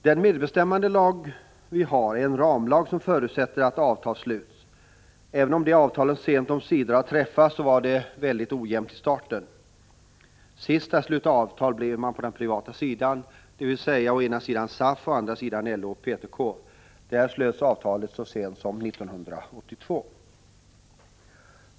Den medbestämmandelag vi har är en ramlag, som förutsätter att avtal skall slutas. Även om dessa avtal sent omsider har träffats var det mycket ojämnt i starten. Sist att sluta avtal blev man på det privata området, dvs. å ena sidan SAF och å den andra LO och PTK. Det avtalet slöts så sent som 1982.